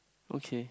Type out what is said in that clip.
okay